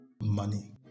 money